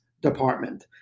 department